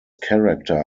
character